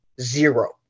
zero